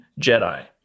Jedi